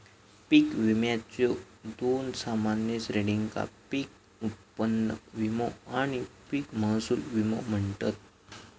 पीक विम्याच्यो दोन सामान्य श्रेणींका पीक उत्पन्न विमो आणि पीक महसूल विमो म्हणतत